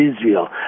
Israel